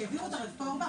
כשהעבירו את הרפורמה,